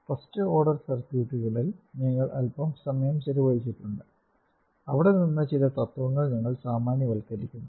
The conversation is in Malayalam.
ഫസ്റ്റ് ഓർഡർ സർക്യൂട്ടുകളിൽ ഞങ്ങൾ അൽപ്പം സമയം ചിലവഴിച്ചിട്ടുണ്ട് അവിടെ നിന്ന് ചില തത്വങ്ങൾ ഞങ്ങൾ സാമാന്യവൽക്കരിക്കുന്നു